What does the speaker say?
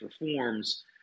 reforms